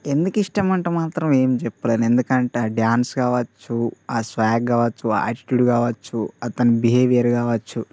ఎందుకు ఇష్టం అంటే మాత్రం ఏం చెప్పలేను ఆ డాన్స్ కావచ్చు ఆ స్వాగ్ కావచ్చు ఆ యాటిట్యూడ్ కావచ్చు అతని బిహేవియర్ కావచ్చు